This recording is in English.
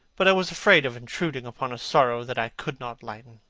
but i was afraid of intruding upon a sorrow that i could not lighten.